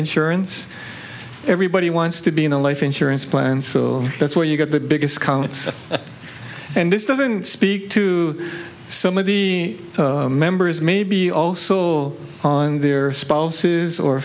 insurance everybody wants to be in a life insurance plan so that's where you get the biggest counts and this doesn't speak to some of the members maybe all saw on their spouses or